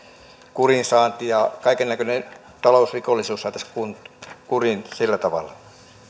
kuriinsaanti ja kaikennäköinen talousrikollisuus saataisiin kuriin sillä tavalla